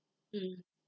mm